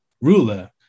ruler